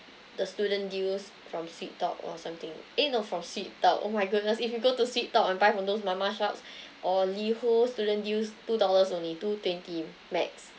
the student deals from sweet talk or something eh no from sweet talk oh my goodness if you go to sweet talk and buy from those mamak shops or liho student use two dollars only two twenty max